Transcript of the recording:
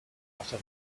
butter